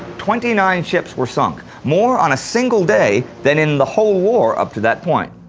twenty nine ships were sunk more on a single day than in the whole war up to that point.